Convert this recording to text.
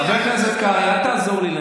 קח את הדקה שלי.